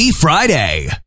Friday